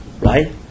right